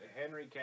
Henry